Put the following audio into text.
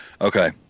Okay